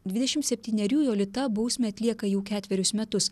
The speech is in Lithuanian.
dvidešim septynerių jolita bausmę atlieka jau ketverius metus